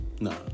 No